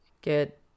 get